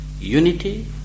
unity